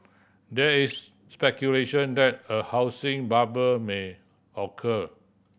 there is speculation that a housing bubble may occur